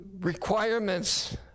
requirements